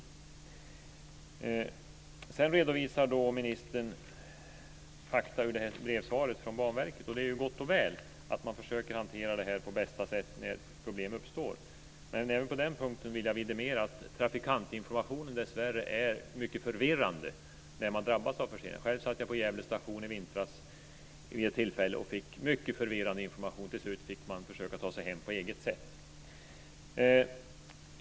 Ministern redovisar fakta ur brevsvaret från Banverket, och det är gott och väl att man försöker hantera det på bästa sätt när problem uppstår. Men även på den punkten vill jag vidimera att trafikantinformationen dessvärre är mycket förvirrande när man drabbas av förseningar. Själv satt jag vid ett tillfälle i vintras på Gävle station och fick mycket förvirrande information, och till slut fick man försöka ta sig hem på eget sätt.